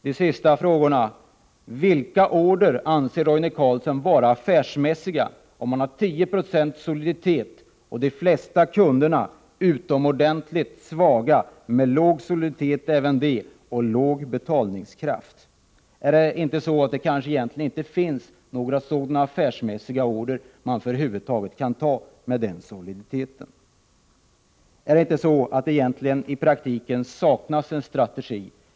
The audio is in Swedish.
De sista frågorna lyder: Vilka order anser Roine Carlsson vara affärsmässiga, om man har 10 976 soliditet och de flesta kunderna är utomordentligt svaga, med låg soliditet även de och med låg betalningskraft? Är det inte så att det egentligen inte finns någon order som kan betraktas som affärsmässigt sund med hänsyn till den soliditeten? Är det inte så att det i praktiken egentligen saknas en strategi?